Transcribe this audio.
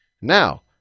Now